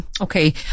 Okay